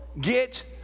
get